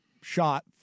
shot